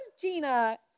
Gina